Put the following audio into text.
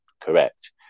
correct